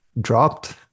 Dropped